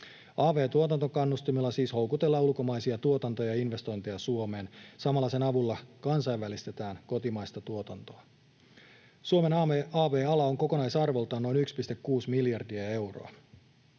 Av-tuotantokannustimella siis houkutellaan ulkomaisia tuotantoja ja investointeja Suomeen. Samalla sen avulla kansainvälistetään kotimaista tuotantoa. Suomen av-ala on kokonaisarvoltaan noin 1,6 miljardia euroa.